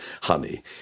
Honey